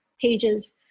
pages